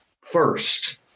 first